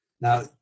Now